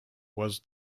was